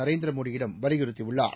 நரேந்திரமோடியிடம்வலியுறுத்தியுள்ளார்